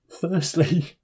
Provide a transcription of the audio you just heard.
firstly